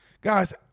guys